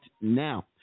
now